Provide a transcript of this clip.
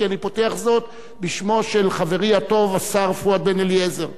כי אני פותח אותו בשמו של חברי הטוב השר פואד בן-אליעזר,